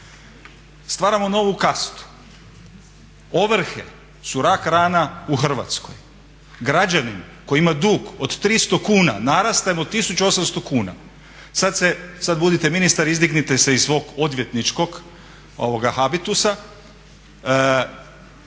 stvaramo novu kastu. Ovrhe su rak rana u Hrvatskoj. Građanin koji ima dug od 300 kuna, naraste mu 1800 kuna. Sada se, sada budite ministar, izdignite se iz svog odvjetničkog habitusa,